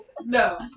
no